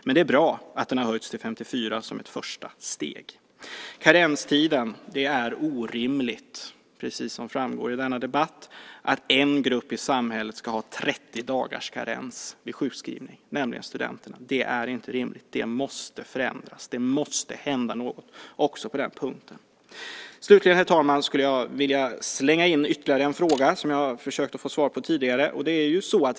Men det är bra att den har höjts till 54 som ett första steg. Karenstiden: Det är orimligt, precis som framgår i denna debatt, att en grupp i samhället ska ha 30 dagars karens vid sjukskrivning, nämligen studenterna. Det är inte rimligt. Det måste förändras. Det måste hända något också på den punkten. Slutligen, herr talman, skulle jag vilja slänga in ytterligare en fråga, som jag försökte få svar på tidigare.